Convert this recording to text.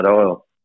Oil